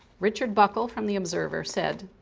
richard buckle from the observer said,